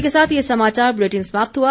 इसी के साथ ये समाचार बुलेटिन समाप्त हुआ